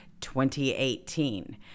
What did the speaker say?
2018